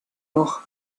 noch